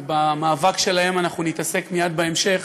ובמאבק שלהם אנחנו נתעסק מייד בהמשך.